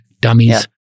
Dummies